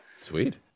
Sweet